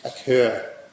occur